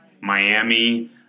Miami